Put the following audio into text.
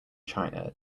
china